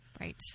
Right